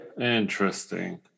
Interesting